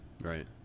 Right